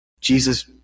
Jesus